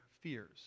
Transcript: fears